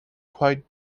quite